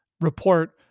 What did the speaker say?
report